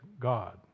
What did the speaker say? God